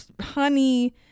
honey